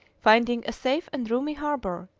finding a safe and roomy harbour,